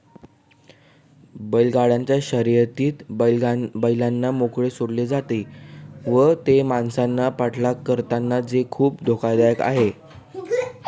बैलांच्या शर्यतीत बैलांना मोकळे सोडले जाते व ते माणसांचा पाठलाग करतात जे खूप धोकादायक आहे